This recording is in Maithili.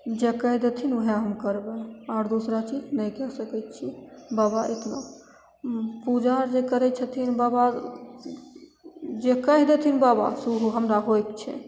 जे कहि देथिन वएह हम करबै आओर दोसरा चीज नहि कै सकै छिए बाबा एतना पूजा आओर जे करै छथिन बाबा जे कहि देथिन बाबा ओ हमरा होइके छै